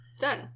Done